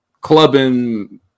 clubbing –